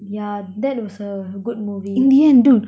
yeah that was a good movie